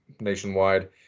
nationwide